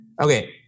okay